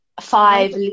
Five